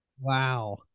Wow